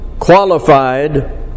qualified